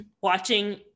watching